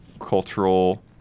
cultural